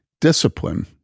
Discipline